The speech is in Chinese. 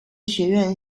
学院